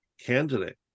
candidate